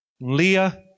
Leah